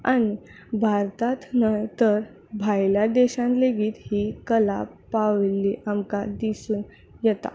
आनी भारतांत न्हय तर भायल्या देशांत लेगीत ही कला पाविल्ली आमकां दिसून येता